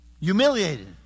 humiliated